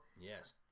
Yes